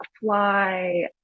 fly